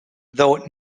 though